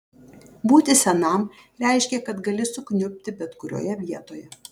būti senam reiškė kad gali sukniubti bet kurioje vietoje